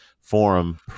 forum